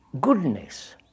goodness